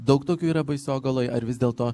daug tokių yra baisogaloj ar vis dėlto